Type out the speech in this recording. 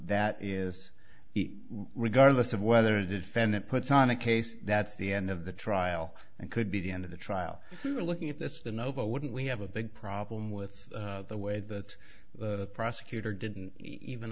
that is regardless of whether a defendant puts on a case that's the end of the trial and could be the end of the trial or looking at this the noble wouldn't we have a big problem with the way that the prosecutor didn't even